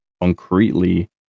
concretely